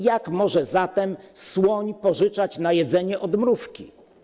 Jak może zatem słoń pożyczać na jedzenie od mrówki?